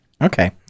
Okay